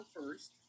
first